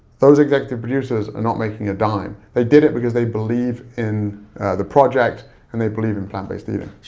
those executive producers are not making a dime. they did it because they believe in the project and they believe in plant-based eating.